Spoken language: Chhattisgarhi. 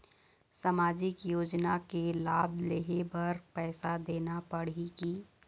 सामाजिक योजना के लाभ लेहे बर पैसा देना पड़ही की?